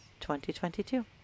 2022